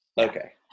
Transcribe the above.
Okay